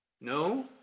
No